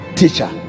teacher